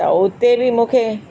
त हुते बि मूंखे